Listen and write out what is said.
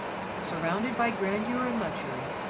surrounded by grandeur and luxury,